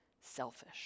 selfish